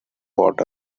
water